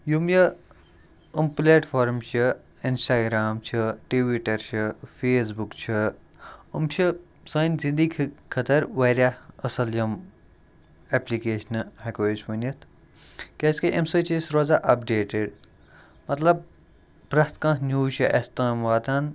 یِم یہِ یِم پٕلیٹ فارم چھِ اِنسٹاگرام چھِ ٹِویٖٹَر چھِ فیسبُک چھِ یِم چھِ سانہِ زِندگی خٲطر واریاہ اَصٕل یِم ایپلِکیشنہٕ ہٮ۪کو أسۍ ؤنِتھ کیٛاز کہِ امہِ سۭتۍ چھِ أسۍ روزان اَپڈیٹِڈ مطلب پرٛٮ۪تھ کانٛہہ نِوٕز چھِ اَسہِ تام واتان